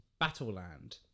Battleland